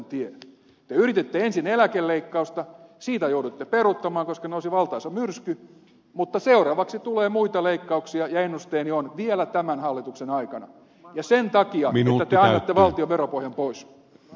te yrititte ensin eläkeleikkausta siitä jouduitte peruuttamaan koska nousi valtaisa myrsky mutta seuraavaksi tulee muita leikkauksia ja ennusteeni on että vielä tämän hallituksen aikana ja sen takia että te annatte valtion veropohjan pois